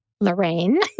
Lorraine